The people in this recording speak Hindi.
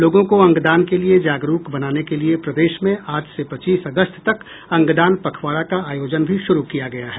लोगों को अंगदान के लिए जागरूक बनाने के लिए प्रदेश में आज से पच्चीस अगस्त तक अंगदान पखवाड़ा का आयोजन भी शुरू किया गया है